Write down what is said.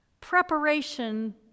Preparation